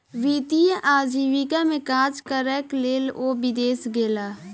वित्तीय आजीविका में काज करैक लेल ओ विदेश गेला